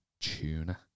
tuna